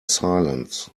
silence